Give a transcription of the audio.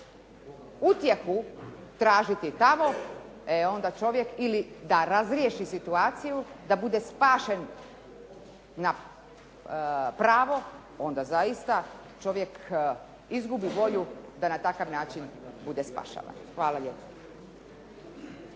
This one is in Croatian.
utjehu tražiti tamo, e onda čovjek ili da razriješi situaciju, da bude spašen na pravo, onda zaista čovjek izgubi volju da na takav način bude spašavam. Hvala lijepo.